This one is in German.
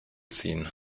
ziehen